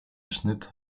schnitt